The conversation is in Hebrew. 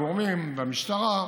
הגורמים והמשטרה,